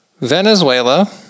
Venezuela